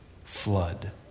Flood